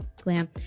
glam